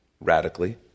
radically